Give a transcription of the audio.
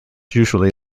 usually